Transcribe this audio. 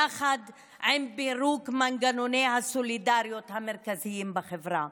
יחד עם פירוק מנגנוני הסולידריות המרכזיים בחברה,